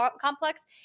complex